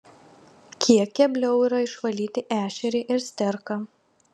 kiek kebliau yra išvalyti ešerį ir sterką